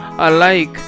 alike